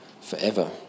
forever